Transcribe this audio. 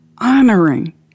honoring